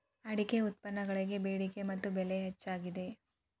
ಅಡಿಕೆ ಉತ್ಪನ್ನಗಳಿಗೆ ಬೆಡಿಕೆ ಮತ್ತ ಬೆಲೆ ಹೆಚ್ಚಾಗಿದೆ